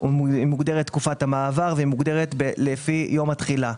מוגדרת תקופת המעבר והיא מוגדרת לפי יום התחילה.